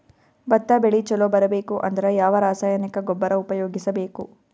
ಭತ್ತ ಬೆಳಿ ಚಲೋ ಬರಬೇಕು ಅಂದ್ರ ಯಾವ ರಾಸಾಯನಿಕ ಗೊಬ್ಬರ ಉಪಯೋಗಿಸ ಬೇಕು?